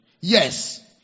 yes